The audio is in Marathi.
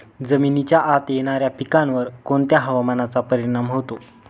जमिनीच्या आत येणाऱ्या पिकांवर कोणत्या हवामानाचा परिणाम होतो?